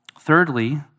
Thirdly